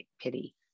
pity